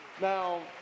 Now